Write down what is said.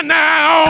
now